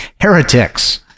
heretics